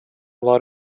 lot